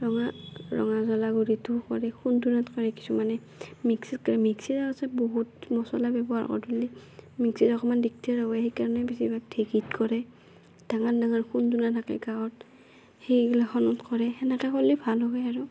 ৰঙা ৰঙা জ্বলা গুড়িটো কৰে খুন্দোনাত কৰে কিছুমানে মিক্সিত কৰে মিক্সিত আচলতে বহুত মচলা ব্যৱহাৰ কৰলি মিক্সিটো অকণমান দিগদাৰ হয় সেইকাৰণে বেছিভাগে ঢেঁকীত কৰে ডাঙৰ ডাঙৰ খুন্দোনা থাকে গাঁৱত সেইগিলাখনত কৰে সেনেকে কৰলি ভাল হয় আৰু